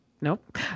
nope